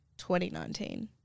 2019